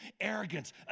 arrogance